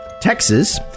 Texas